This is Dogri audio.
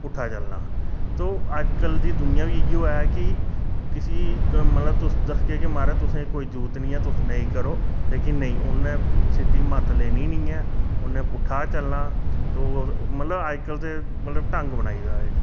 पुट्ठा चलना तो अजकल दुनिया बी इ'यो ऐ कि किसी मतलब तुस दसगे कि माराज तुसेंई कोई जरूरत निं ऐ तुस नेईं करो ते नेईं उ'नैं सिद्धी मत्त लेनी निं ऐ उ'नैं पुट्ठा गै चलना मतलब अज्ज कल ते मतलब ढंग बनाई दा